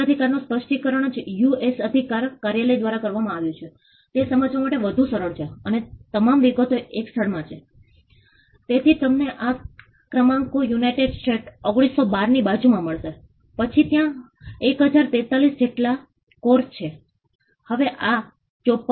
તેથી અહીં રાજીવ ગાંધી નગરની બીલ્ડીંગની ઊંચાઈ છે તમે જોઈ શકો છો કે મોટાભાગના મકાનો ફક્ત તળિયા ફ્લોર છે પરંતુ તાજેતરમાં ખાસ કરીને રસ્તાની બાજુના લોકો G 1 સ્ટ્રક્ચર બનાવી રહ્યા છે જે તમે અહીં જમણી બાજુ લાલ રંગમાં જોઈ શકો છો